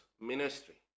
ministry